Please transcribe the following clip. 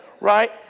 right